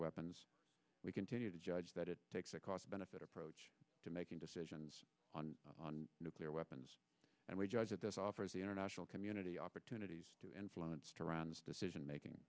weapons we continue to judge that it takes a cost benefit approach to making decisions on nuclear weapons and we judge that this offers the international community opportunities to influence around decision making